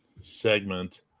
Segment